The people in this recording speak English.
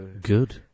Good